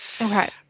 right